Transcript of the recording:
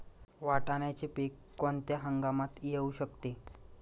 वाटाण्याचे पीक कोणत्या हंगामात येऊ शकते?